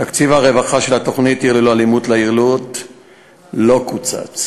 תקציב הרווחה של התוכנית "עיר ללא אלימות" לעיר לוד לא קוצץ.